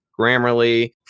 Grammarly